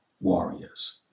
warriors